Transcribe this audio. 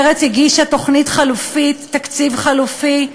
מרצ הגישה תוכנית חלופית, תקציב חלופי,